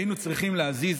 היינו צריכים להזיז